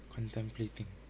Contemplating